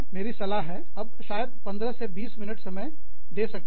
मेरी सलाह है अब शायद 15 से 20 मिनट समय दे सकते हैं